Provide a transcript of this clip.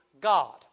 God